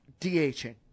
DHing